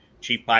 Chief